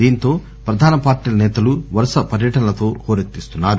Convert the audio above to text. దీంతో ప్రధాన పార్టీల నేతలు వరుస పర్యటనలతో హోరెత్తిస్తున్నారు